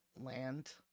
land